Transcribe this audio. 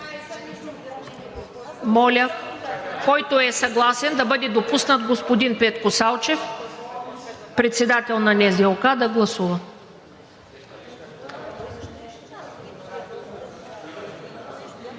Моля, който е съгласен да бъде допуснат господин Петко Салчев – председател на НЗОК, да гласува.